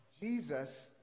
Jesus